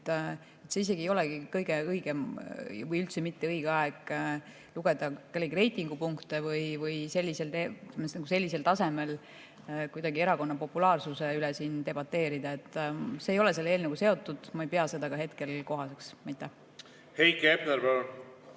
Praegu ei ole kõige õigem või üldse mitte õige aeg lugeda kellegi reitingupunkte ja sellisel tasemel kuidagi erakonna populaarsuse üle debateerida. See ei ole selle eelnõuga seotud, ma ei pea seda ka hetkel kohaseks. Aitäh, hea